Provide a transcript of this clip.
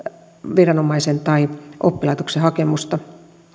viranomaisen tai oppilaitoksen hakemusta